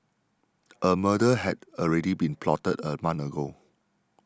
a murder had already been plotted a month ago